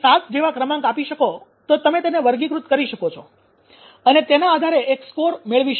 7 જેવા ક્રમાંક આપી શકો તો તમે તેને વર્ગીકૃત કરી શકો અને તેના આધારે એક સ્કોર મેળવી શકો